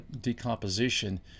decomposition